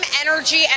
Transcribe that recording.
energy